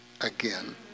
again